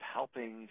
helping